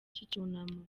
cy’icyunamo